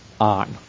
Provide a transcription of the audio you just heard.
on